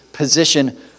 position